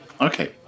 Okay